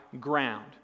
ground